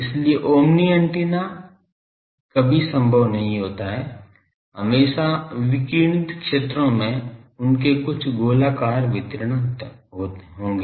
इसलिए omni antenna कभी संभव नहीं होता है हमेशा विकिरणित क्षेत्रों में उनके कुछ गोलाकार वितरण होंगे